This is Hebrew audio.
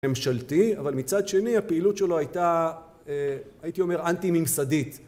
ממשלתי אבל מצד שני הפעילות שלו הייתה הייתי אומר אנטי ממסדית